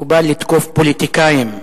מקובל לתקוף פוליטיקאים,